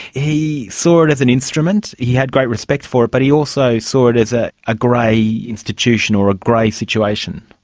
he saw it as an instrument, he had great respect for it but he also saw it as ah a grey institution, or a grey situation.